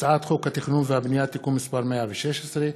הצעת חוק התכנון והבנייה (תיקון מס' 116),